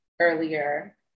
earlier